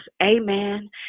Amen